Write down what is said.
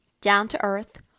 down-to-earth